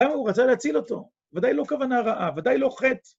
למה? הוא רצה להציל אותו, ודאי לא כוונה רעה, ודאי לא חטא.